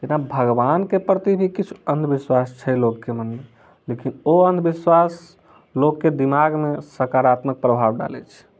जेना भगवान के प्रति भी किछु अन्धविश्वास छै लोकके मन मे लेकिन ओ अन्धविश्वास लोकके दिमाग मे सकारात्मक प्रभाव डालै छै